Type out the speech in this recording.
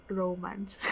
romance